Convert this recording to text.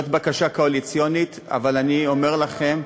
זו בקשה קואליציונית, אבל אני אומר לכם,